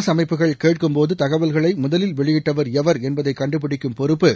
அரசு அமைப்புகள் கேட்கும்போது தகவல்களை முதலில் வெளியட்டவர் எவர் என்பதை கண்டுபிடிக்கும் பொறுப்பு